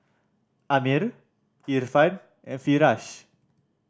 Ammir Irfan and Firash